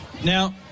Now